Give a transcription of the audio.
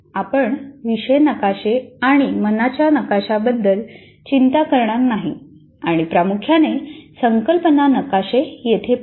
आपण विषय नकाशे आणि मनाच्या नकाशाबद्दल चिंता करणार नाही आणि प्रामुख्याने संकल्पना नकाशे येथे पाहू